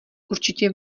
určitě